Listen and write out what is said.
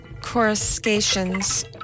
coruscations